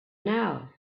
now